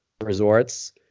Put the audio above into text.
resorts